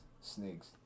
snakes